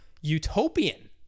utopian